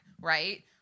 right